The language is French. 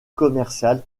commercial